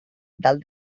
dalt